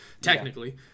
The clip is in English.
Technically